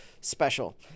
special